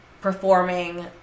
performing